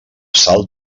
sal